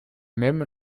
même